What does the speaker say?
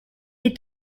est